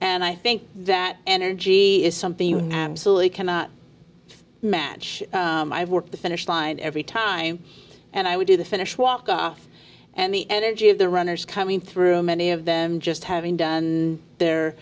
and i think that energy is something you absolutely cannot match the finish line every time and i would do the finish walk off and the energy of the runners coming through many of them just having done the